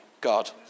God